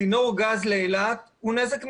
צינור גז לאילת הוא נזק מיותר.